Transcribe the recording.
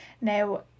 Now